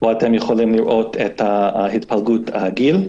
רואים את התפלגות הגיל.